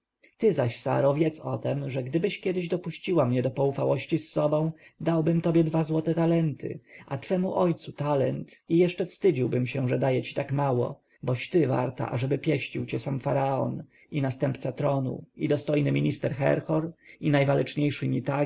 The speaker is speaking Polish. ty zaś saro wiedz o tem że gdybyś kiedy dopuściła mnie do poufałości z sobą dałbym tobie dwa talenty a twemu ojcu talent i jeszcze wstydziłbym się że daję ci tak mało boś ty warta ażeby pieścił cię sam faraon i następca tronu i dostojny minister herhor i najwaleczniejszy